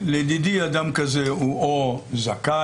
לדידי אדם כזה הוא או זכאי,